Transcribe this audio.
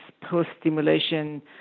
post-stimulation